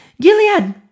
Gilead